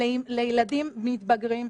אני רוצה להתחבר לדברים שלך חברת הכנסת זנדברג,